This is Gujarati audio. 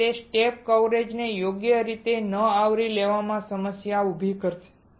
અને તે સ્ટેપ કવરેજ ને યોગ્ય રીતે ન આવરી લેવામાં સમસ્યા ઉભી કરશે